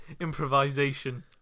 improvisation